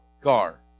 car